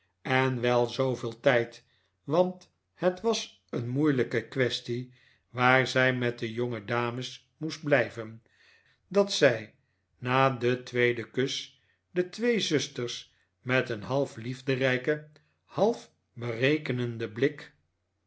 en wel zooveel tijd want het was een moeilijke quaestie waar zij met de jongedames moest blijven dat zij na den tweeden kus de twee zusters met een half liefderijken half berekenenden blik